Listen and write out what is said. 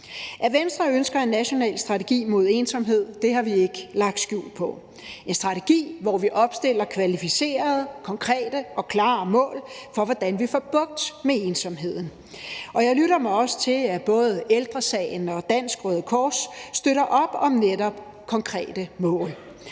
At Venstre ønsker en national strategi mod ensomhed, har vi ikke lagt skjul på – altså en strategi, hvor vi opstiller kvalificerede, konkrete og klare mål for, hvordan vi får bugt med ensomheden. Og jeg lytter mig også til, at både Ældre Sagen og Dansk Røde Kors bakker op om netop konkrete mål.